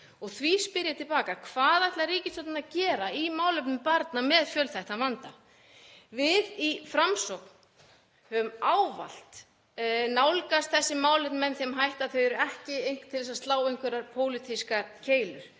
Því spyr ég til baka: Hvað ætlar ríkisstjórnin að gera í málefnum barna með fjölþættan vanda? Við í Framsókn höfum ávallt nálgast þessi málefni með þeim hætti að þau séu ekki til þess að slá einhverjar pólitískar keilur